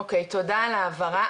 או-קיי, תודה על ההבהרה.